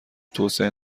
توسعه